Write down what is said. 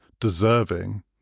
deserving